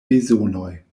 bezonoj